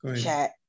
chat